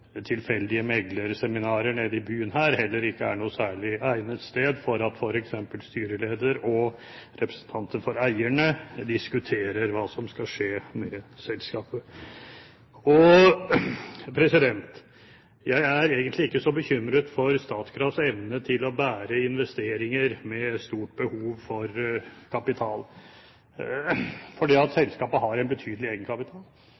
tilfeldige meglerseminarer nede i byen her heller ikke er noe særlig egnet sted for f.eks. styreleder og representanter for eierne å diskutere hva som skal skje med selskapet. Jeg er egentlig ikke så bekymret for Statkrafts evne til å bære investeringer med stort behov for kapital, for selskapet har en betydelig egenkapital,